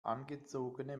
angezogene